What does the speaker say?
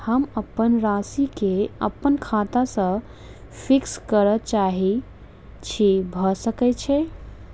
हम अप्पन राशि केँ अप्पन खाता सँ फिक्स करऽ चाहै छी भऽ सकै छै?